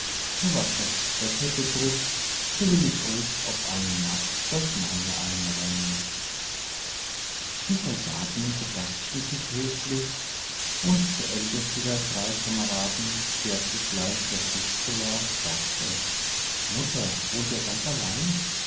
und was das bette betrifft so will ich euch auf eine nacht das meine einräumen die soldaten bedankten sich höflich und der älteste der drei kameraden der zugleich der keckste war fragte mutter wohnt ihr ganz allein